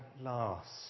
last